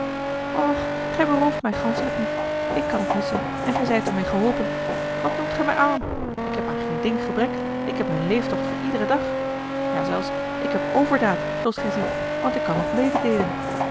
och gij berooft mij ganschelijk niet ik kan het missen en gij zijt er meê geholpen wat noemt gij mij arm ik heb aan geen ding gebrek ik heb mijn leeftocht voor iederen dag ja zelfs ik heb overdaad zooals gij ziet want ik kan nog mededeelen